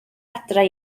adre